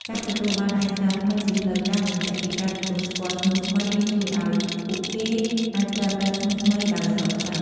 ការទទួលបានឯកសារថ្មីជាផ្លូវការ បញ្ជាក់ពីការទទួលស្គាល់ឈ្មោះថ្មី នេះជួយឲ្យពួកគេអាចប្រើប្រាស់ឈ្មោះថ្មីដោយស្របច្បាប់។